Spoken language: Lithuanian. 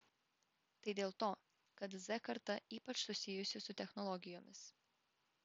tai dėl to kad z karta ypač susijusi su technologijomis